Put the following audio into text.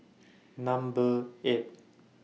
Number eight